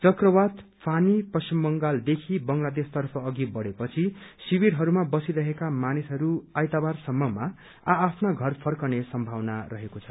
चक्रवात फानी पश्चिम बंगालदेखि बंगलादेश तर्फ अषि बढ़ेपछि शिविरहरूमा बसिरेका मानिसहरू आइतबारसम्ममा आ आफ्ना घर फर्कने सम्भावना छ